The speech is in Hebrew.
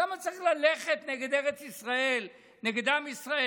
למה צריך ללכת נגד ארץ ישראל, נגד עם ישראל?